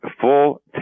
full